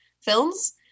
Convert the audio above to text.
films